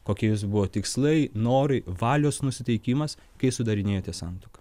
kokie jūsų buvo tikslai norai valios nusiteikimas kai sudarinėjote santuoką